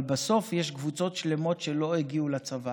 אבל בסוף יש קבוצות שלמות שלא הגיעו לצבא.